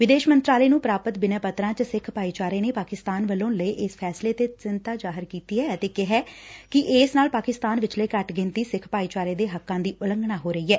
ਵਿਦੇਸ਼ ਮੰਤਰਾਲੇ ਨੂੰ ਪ੍ਰਾਪਤ ਬਿਨੈ ਪੱਤਰਾ ਚ ਸਿੱਖ ਭਾਈਚਾਰੇ ਨੇ ਪਾਕਿਸਤਾਨ ਵੱਲੋ ਲਏ ਇਸ ਫੈਸਲੇ ਤੇ ਚਿੰਤਾ ਜ਼ਾਹਿਰ ਕੀਤੀ ਐ ਅਤੇ ਕਿਹੈ ਕਿ ਇਸ ਨਾਲ ਪਾਕਿਸਤਾਨ ਵਿਚਲੇ ਘੱਟ ਗਿਣਤੀ ਸਿੱਖ ਭਾਈਚਾਰੇ ਦੇ ਹੱਕਾਂ ਦੀ ਉਲੰਘਣਾ ਹੋ ਰਹੀ ਐ